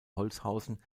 holzhausen